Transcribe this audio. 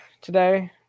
today